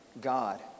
God